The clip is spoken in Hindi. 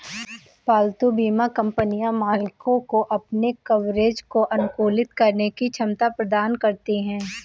पालतू बीमा कंपनियां मालिकों को अपने कवरेज को अनुकूलित करने की क्षमता प्रदान करती हैं